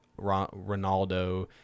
Ronaldo